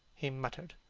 he muttered.